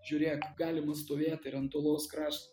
žiūrėk galima stovėt ir ant uolos krašto